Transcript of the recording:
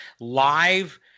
live